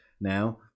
now